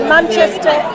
Manchester